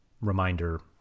reminder